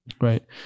Right